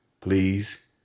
please